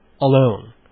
alone